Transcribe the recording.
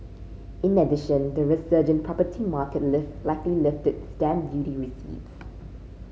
in addition the resurgent property market lift likely lifted stamp duty receipts